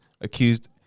accused